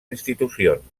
institucions